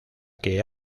que